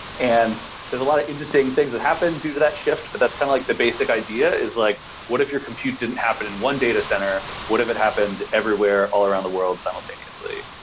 and there's a lot of interesting things that happen due to that shift, but that's kind of like the basic idea, is like what if your compute didn't happen in one data center. what if it happens everywhere, all around the world simultaneously?